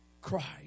Christ